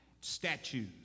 statues